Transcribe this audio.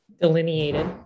delineated